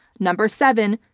number seven,